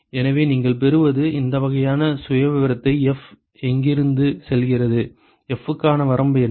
எனவே நீங்கள் பெறுவது இந்த வகையான சுயவிவரத்தை F எங்கிருந்து செல்கிறது F க்கான வரம்பு என்ன